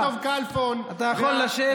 את וג'וב טוב כלפון, אתה יכול לשבת.